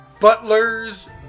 Butlers